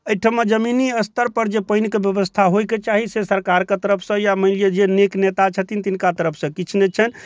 एहिठमा जमीनी स्तर पर जे पानिके बेबस्था होइके चाही से सरकारके तरफसँ या मानि लिअ जे नीक नेता छथिन तिनका तरफसँ किछु नहि छै